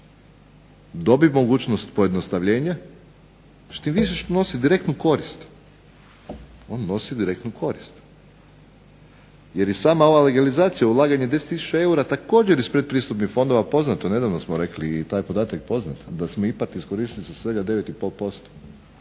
dobije mogućnost pojednostavljenja, tim više što nosi direktnu korist. On nosi direktnu korist. Jer i sama ova legalizacija, ulaganje 10 tisuća eura također iz pretpristupnih fondova, poznato je, nedavno smo rekli i taj podatak je poznat, da smo ipak iskoristili svega 9,5%,